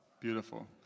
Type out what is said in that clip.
Beautiful